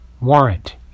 warrant